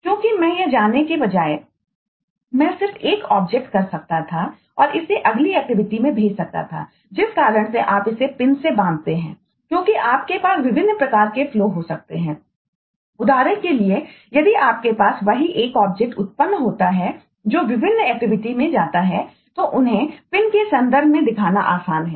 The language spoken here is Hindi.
क्योंकि मैं यह जाने के बजाय मैं सिर्फ एक O1 ऑब्जेक्ट कर सकता था और इसे अगली एक्टिविटी के रूप में दिखाना आसान है